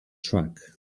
track